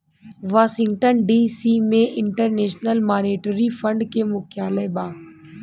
Washington DC में international monetary fund के मुख्यालय बा